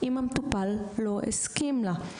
אם המטופל לא הסכים לה.